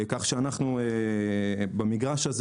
אנחנו גאים להיות במגרש הזה.